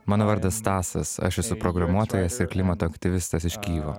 mano vardas stasas aš esu programuotojas ir klimato aktyvistas iš kijevo